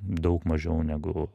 daug mažiau negu